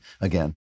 again